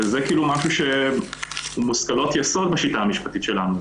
וזה משהו שהוא מושכלות יסוד בשיטה המשפטית שלנו,